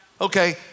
Okay